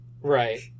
Right